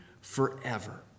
forever